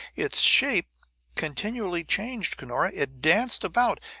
its shape continually changed, cunora it danced about,